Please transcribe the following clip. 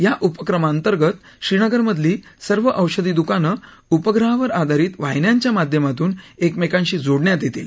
या उपक्रमा अंतर्गत श्रीनगर मधली सर्व औषधी दुकानं उपग्रहावर आधारित वाहिन्यांच्या माध्यमातून एकमेकांशी जोडण्यात येतील